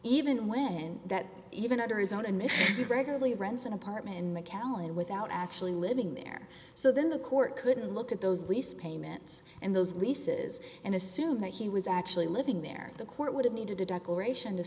even when that even under his own admission regularly rents an apartment in macallan without actually living there so then the court could look at those lease payments and those leases and assume that he was actually living there the court would have needed a declaration to